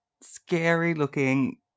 scary-looking